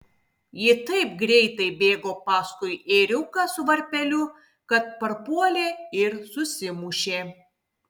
ji taip greitai bėgo paskui ėriuką su varpeliu kad parpuolė ir susimušė